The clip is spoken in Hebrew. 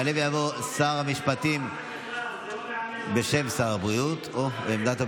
יעלה ויבוא שר המשפטים להשיב בשם שר הבריאות או כעמדת הממשלה.